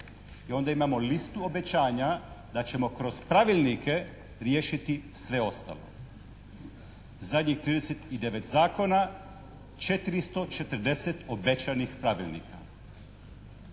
i onda imamo listu obećanja da ćemo kroz pravilnike riješiti sve ostalo. Zadnjih trideset i devet zakona 440 obećanih pravilnika.